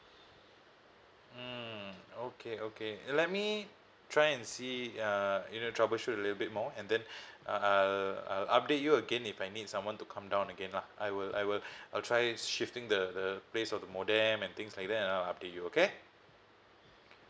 mm okay okay let me try and see uh you know troubleshoot a little bit more and then I'll I'll I'll update you again if I need someone to come down again lah I will I will I'll try shifting the the place of the modem and things like that and I'll update you okay